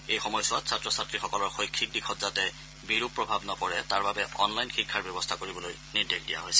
এই সময়ছোৱাত ছাত্ৰ ছাত্ৰীসকলৰ শৈক্ষিক দিশত যাতে বিৰূপ প্ৰভাৱ নপৰে তাৰ বাবে অনলাইন শিক্ষাৰ ব্যৱস্থা কৰিবলৈ নিৰ্দেশ দিয়া হৈছে